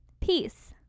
peace